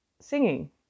singing